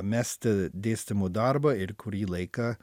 mesti dėstymo darbą ir kurį laiką